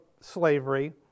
slavery